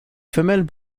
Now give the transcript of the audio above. femelles